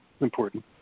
important